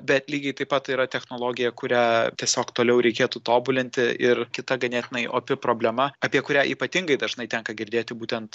bet lygiai taip pat yra technologija kurią tiesiog toliau reikėtų tobulinti ir kita ganėtinai opi problema apie kurią ypatingai dažnai tenka girdėti būtent